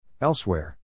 Elsewhere